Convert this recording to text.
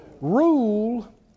Rule